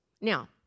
Now